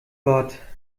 gott